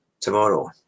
tomorrow